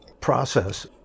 process